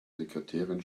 sekretärin